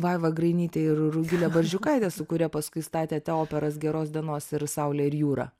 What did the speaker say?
vaiva grainyte ir rugile barzdžiukaite su kuria paskui statėte operas geros dienos ir saulė ir jūra